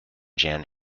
jan